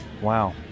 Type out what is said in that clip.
Wow